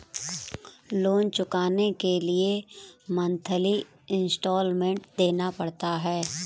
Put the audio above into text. loan चुकाने के लिए मंथली इन्सटॉलमेंट देना पड़ता है